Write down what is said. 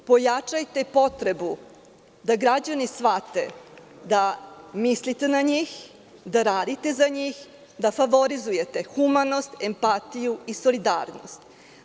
Pojačajte potrebu da građani shvate da radite za njih, da mislite na njih, da favorizujete humanost, empatiju i solidarnost.